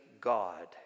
God